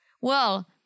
Well-